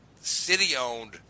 city-owned